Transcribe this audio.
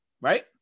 Right